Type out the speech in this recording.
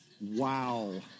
Wow